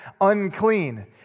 unclean